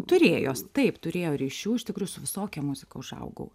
turėjos taip turėjo ryšių iš tikrųjų su visokia muzika užaugau